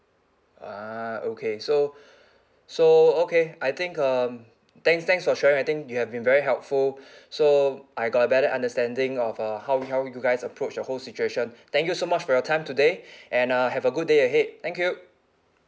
ah okay so so okay I think um thanks thanks for sharing I think you have been very helpful so I got a better understanding of uh how how you guys approach the whole situation thank you so much for your time today and uh have a good day ahead thank you